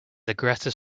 aggressive